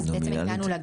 כך שבעצם הגענו לגג.